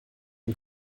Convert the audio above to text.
den